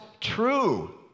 true